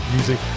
Music